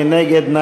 מי נגד?